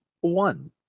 one